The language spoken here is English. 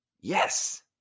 Yes